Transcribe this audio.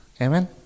Amen